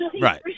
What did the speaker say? Right